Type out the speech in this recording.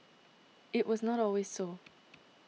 it was not always so